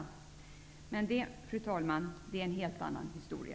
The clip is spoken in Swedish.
Men det, fru talman, är en helt annan historia.